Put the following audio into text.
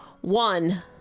one